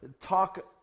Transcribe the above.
talk